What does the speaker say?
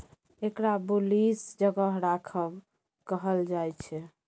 एकरा बुलिश जगह राखब कहल जायछे